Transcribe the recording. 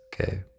okay